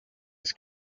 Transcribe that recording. his